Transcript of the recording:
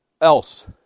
else